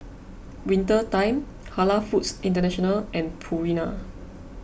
Winter Time Halal Foods International and Purina